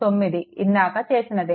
9 ఇందాక చేసినది